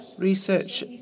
research